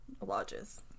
lodges